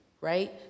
right